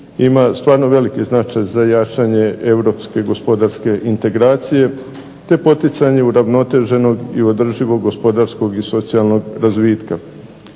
ima stvarno veliki značaj za jačanje europske i gospodarske integracije, te poticanju uravnoteženog i održivog gospodarskog i socijalnog razvitka.